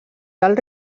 del